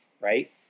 right